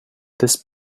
this